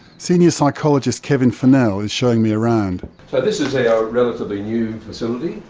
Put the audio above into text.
senior psychologist kevin fennell is showing me around. so this is our relatively new facility.